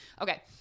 Okay